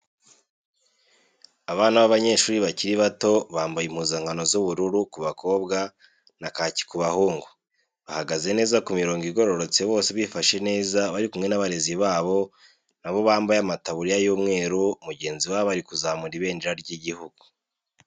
Abana b'abanyeshuri bakiri bato bambaye impuzankano z'ubururu ku bakobwa na kaki ku bahungu, bahagaze neza ku mirongo igororotse bose bifashe neza bari kumwe n'abarezi babo nabo bambaye amataburiya y'umweru mugenzi wabo ari kuzamura ibendera ry'igihugu.